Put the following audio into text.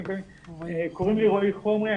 קוראים לי רועי חומרי,